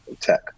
tech